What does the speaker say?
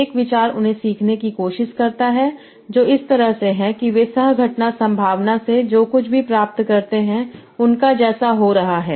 एक विचार उन्हें सीखने की कोशिश करता है जो इस तरह से हैं कि वे सह घटना संभावना से जो कुछ भी प्राप्त करते हैं उनका जैसा हो रहा है